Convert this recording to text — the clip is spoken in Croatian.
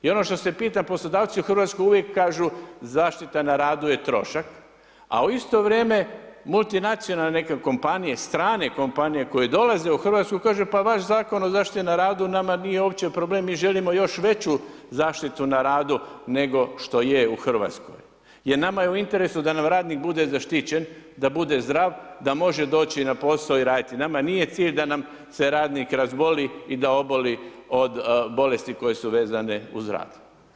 I ono što se pita poslodavce i u Hrvatskoj uvijek kažu zaštita na radu je trošak, a u isto vrijeme multinacionalne neke kompanije, strane kompanije koje dolaze u Hrvatsku kažu pa vaš Zakon o zaštiti na radu nama nije uopće problem, mi želimo još veću zaštitu na radu nego što je u Hrvatskoj jer nama je u interesu da nam radnik bude zaštićen, da bude zdrav, da može doći na posao i raditi, nama nije cilj da nam se radnik razboli i oboli od bolesti koje su vezane uz rad.